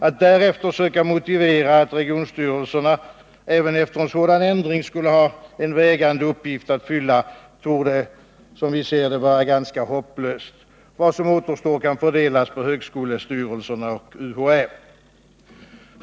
Att därefter söka motivera att region 4 april 1979 styrelserna även efter en sådan ändring skulle ha en vägande uppgift att fylla torde, som vi ser det, vara ganska hopplöst. Vad som återstår kan fördelas på högskolestyrelserna och UHÄ.